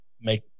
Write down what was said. make